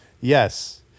Yes